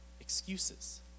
excuses